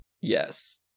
Yes